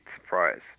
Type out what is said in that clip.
surprise